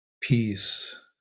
peace